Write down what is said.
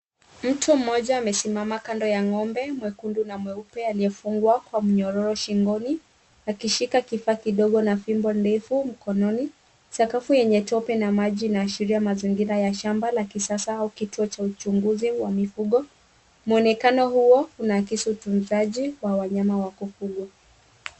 Mtu mmoja amesimama kando ya ng'ombe mwekundu na mweupe aliyefungwa kwa mnyororo shingoni akishika kifaa kidogo na fimbo ndefu mkononi. Sakafu yenye tope na maji inaashiria mazingira ya shamba la kisasa au kituo cha uchunguzi wa mifugo. Muonekano huo unaakisi utunzaji wa wanyama wa kufugwa.